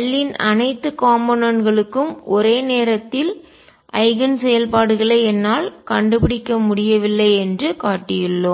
L இன் அனைத்து component களுக்கும் ஒரே நேரத்தில் ஐகன் செயல்பாடுகளை என்னால் கண்டுபிடிக்க முடியவில்லை என்று காட்டியுள்ளோம்